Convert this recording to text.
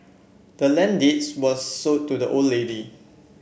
the land deeds was sold to the old lady